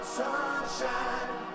sunshine